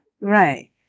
right